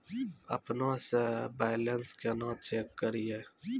अपनों से बैलेंस केना चेक करियै?